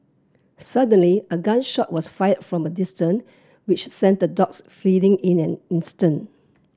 suddenly a gun shot was fired from a distant which sent the dogs fleeing in an instant